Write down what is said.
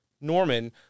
Norman